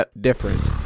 difference